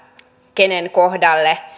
kenen kohdalle